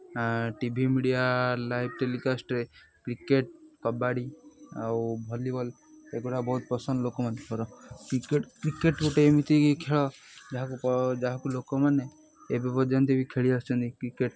ଟି V media live ଟେଲିକାଷ୍ଟ୍ରେ cricket kabaddi ଆଉ volleyball ଏଗୁଡ଼ା ବହୁତ ପସନ୍ଦ ଲୋକମାନଙ୍କର କ୍ରିକେଟ୍ କ୍ରିକେଟ୍ ଗୋଟେ ଏମିତି ଖେଳ ଯାହାକୁ ଯାହାକୁ ଲୋକମାନେ ଏବେ ପର୍ଯ୍ୟନ୍ତ ବି ଖେଳି ଆସୁଛନ୍ତି କ୍ରିକେଟ୍